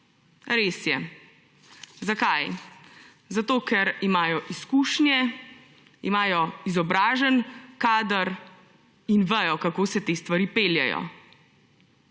Res je. Zakaj? Zato, ker imajo izkušnje, imajo izobražen kader in vedo, kako se te stvari peljejo.